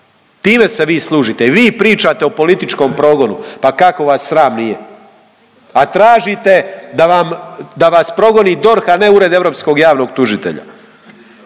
Time se vi služite i vi pričate o političkom progonu, pa kako vas sram nije? A tažite da vam, da vas progoni DORH, a ne Ured europskog javnog tužitelja.